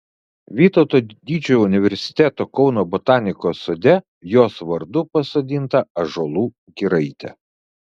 vytauto didžiojo universiteto kauno botanikos sode jos vardu pasodinta ąžuolų giraitė